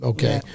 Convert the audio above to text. Okay